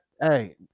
Hey